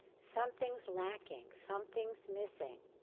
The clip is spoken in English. something's lacking. something's missing.